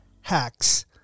hacks